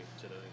today